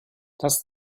das